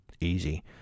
easy